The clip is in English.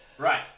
Right